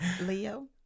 Leo